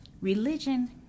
religion